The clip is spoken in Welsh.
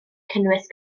cynnwys